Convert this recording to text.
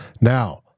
Now